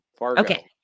Okay